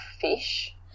fish